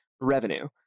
revenue